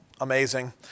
amazing